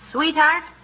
Sweetheart